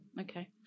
okay